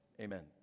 amen